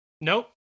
nope